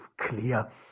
clear